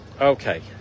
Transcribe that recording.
okay